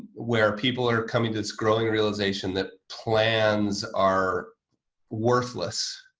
where people are coming this growing realization that plans are worthless